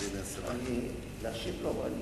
להשיב לו?